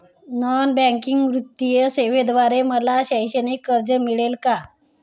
Non banking वित्तीय सेवेद्वारे मला शैक्षणिक कर्ज मिळेल का?